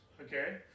Okay